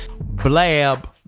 Blab